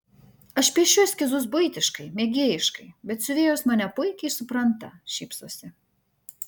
aš piešiu eskizus buitiškai mėgėjiškai bet siuvėjos mane puikiai supranta šypsosi